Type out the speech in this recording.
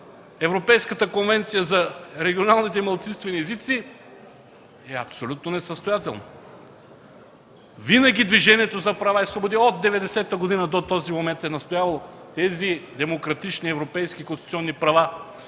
Европейската конвенция за регионалните малцинствени езици, е абсолютно несъстоятелно. Винаги Движението за права и свободи – от 1990 г., до този момент, е настоявало тези демократични европейски конституционни права